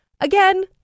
Again